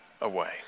away